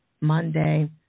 Monday